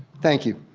thank you.